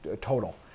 total